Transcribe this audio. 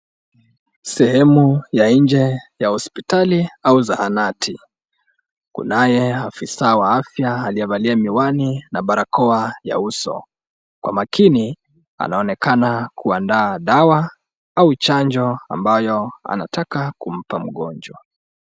Sehemu ya nje ya hospitali au zahanati kunaye afisa wa afya aliyevalia miwani na barakoa ya uso, kwa makini anaonekana kuandaa dawa au chanjo ambayo anataka kumpa mgonjwa.